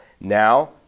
Now